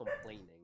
complaining